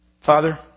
Father